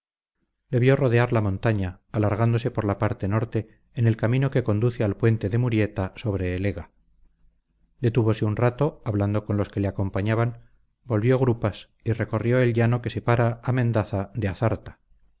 vio rodear la montaña alargándose por la parte norte en el camino que conduce al puente de murieta sobre el ega detúvose un rato hablando con los que le acompañaban volvió grupas y recorrió el llano que separa a mendaza de azarta fago